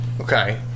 Okay